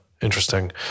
Interesting